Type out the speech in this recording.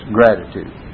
gratitude